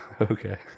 Okay